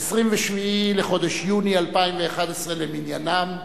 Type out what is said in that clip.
27 ביוני 2011 למניינם.